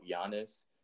Giannis